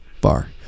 bar